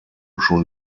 schon